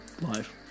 life